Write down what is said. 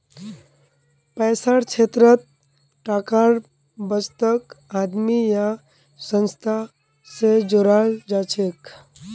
पैसार क्षेत्रत टाकार बचतक आदमी या संस्था स जोड़ाल जाछेक